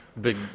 Big